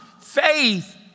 faith